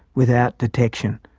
without detection.